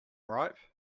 ripe